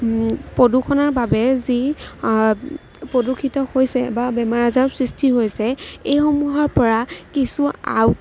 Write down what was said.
প্ৰদূষণৰ বাবে যি প্ৰদূষিত হৈছে বা বেমাৰ আজাৰৰ সৃষ্টি হৈছে এইসমূহৰ পৰা কিছু